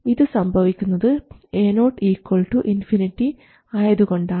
ഇത് സംഭവിക്കുന്നത് Ao ∞ ആയതുകൊണ്ടാണ്